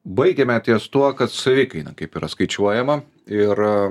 baigėme ties tuo kad savikaina kaip yra skaičiuojama ir